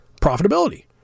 profitability